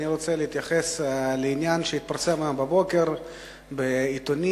אני רוצה להתייחס לעניין שהתפרסם הבוקר בעיתונים